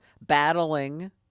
battling